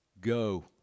go